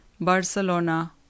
Barcelona